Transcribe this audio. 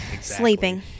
Sleeping